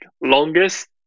longest